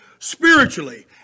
Spiritually